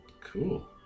Cool